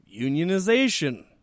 unionization